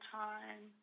time